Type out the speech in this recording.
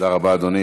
תודה רבה, אדוני.